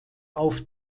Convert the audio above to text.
auf